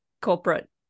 corporate